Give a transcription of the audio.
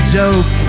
joke